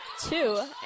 Two